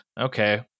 okay